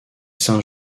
sint